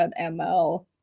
ML